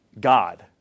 God